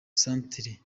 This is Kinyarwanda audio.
santere